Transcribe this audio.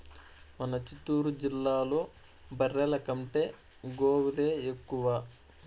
మన చిత్తూరు జిల్లాలో బర్రెల కంటే గోవులే ఎక్కువ